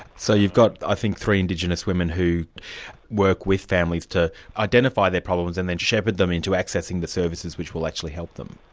so you've got i think three indigenous women who work with families to identify their problem and and then shepherd them into accessing the services which will actually help then?